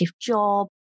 job